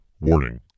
Warning